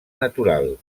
natural